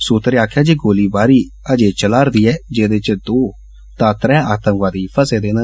सूत्रे आक्खेआ जे गोलीबारी अज्जै चलैरदीऐ जेदे च दो त्रै आतंकवादी फसे दे न